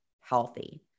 healthy